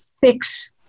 fix